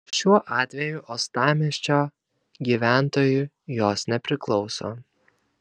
šiuo atveju uostamiesčio gyventojui jos nepriklauso